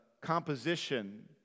composition